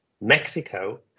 mexico